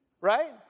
Right